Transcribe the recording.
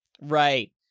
right